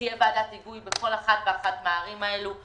תהיה ועדת היגוי בכל אחת ואחת מהערים הללו.